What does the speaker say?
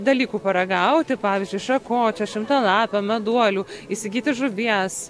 dalykų paragauti pavyzdžiui šakočio šimtalapio meduolių įsigyti žuvies